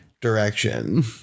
direction